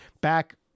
back